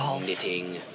knitting